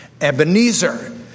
Ebenezer